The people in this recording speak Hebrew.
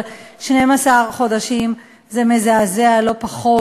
אבל 12 חודשים זה מזעזע לא פחות.